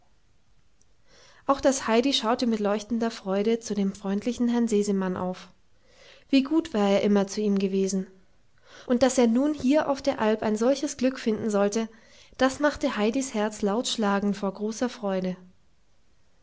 auch das heidi schaute mit leuchtender freude zu dem freundlichen herrn sesemann auf wie gut war er immer zu ihm gewesen und daß er nun hier auf der alp ein solches glück finden sollte das machte heidis herz laut schlagen vor großer freude